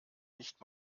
nicht